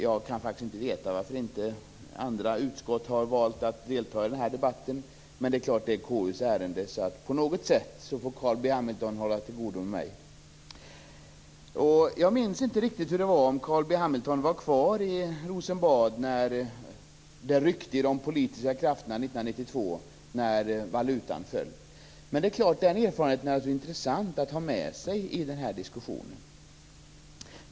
Jag kan inte veta varför andra utskott har valt att inte delta i den här debatten, men det är KU:s ärende. På något sätt får Carl B Hamilton hålla till godo med mig. Jag minns inte om Carl B Hamilton var kvar i Rosenbad när det ryckte i de politiska krafterna 1992 när valutan föll. Men den erfarenheten är intressant att ha med sig i den här diskussionen.